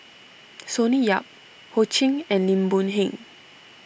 Sonny Yap Ho Ching and Lim Boon Heng